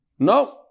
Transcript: No